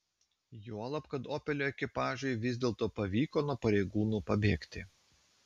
juolab kad opelio ekipažui vis dėlto pavyko nuo pareigūnų pabėgti